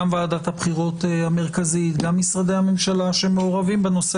גם ועדת הבחירות המרכזית וגם משרדי הממשלה שמעורבים בנושא